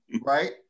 right